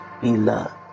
beloved